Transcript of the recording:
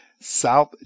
South